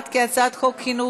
למה לא צעקת,